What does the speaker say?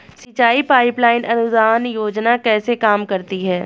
सिंचाई pipeline अनुदान योजना कैसे काम करती है?